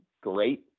great